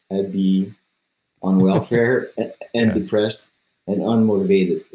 i'd be on welfare and depressed and unmotivated,